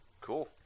Cool